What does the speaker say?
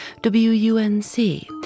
WUNC